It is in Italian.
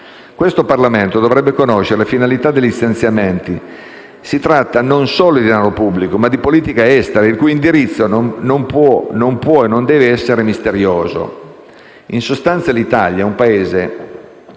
Questo Parlamento dovrebbe conoscere le finalità degli stanziamenti: si tratta non solo di danaro pubblico, ma anche di politica estera, il cui indirizzo non può e non deve essere misterioso. In sostanza, l'Italia è un Paese